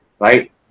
right